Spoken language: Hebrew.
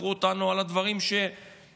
תקפו אותנו על הדברים שניסינו,